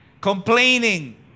complaining